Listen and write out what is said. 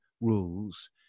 rules